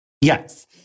Yes